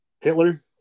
Hitler